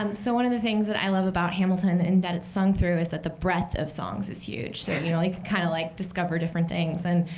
um so one of the things that i love about hamilton in that it's sung through is that the breadth of songs is huge, so you know like kind of like discover different things. and